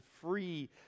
free